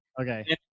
Okay